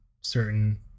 certain